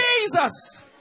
Jesus